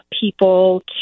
people